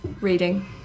reading